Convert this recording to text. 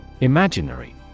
Imaginary